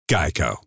Geico